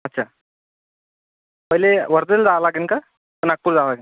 अच्छा पहिले वर्धेला जावं लागेल का नागपूर जावं लागेल